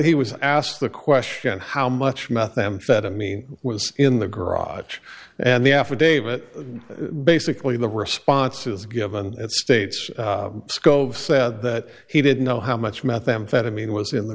he was asked the question how much methamphetamine was in the garage and the affidavit basically the responses given at state's scope said that he didn't know how much methamphetamine was in the